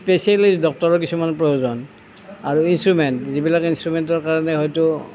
specially ডক্তৰৰ কিছুমানো প্ৰয়োজন আৰু ইনষ্ট্ৰুমেণ্ট যিবিলাক ইনষ্ট্ৰুমেণ্টৰ কাৰণে হয়তো